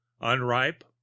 Unripe